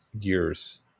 years